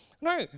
No